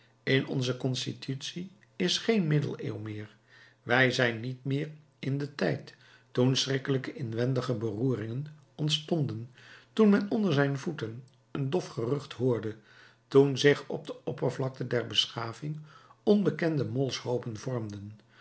in onze constitutie is geen middeleeuw meer wij zijn niet meer in den tijd toen schrikkelijke inwendige beroeringen ontstonden toen men onder zijn voeten een dof gerucht hoorde toen zich op de oppervlakte der beschaving onbekende molshoopen vormden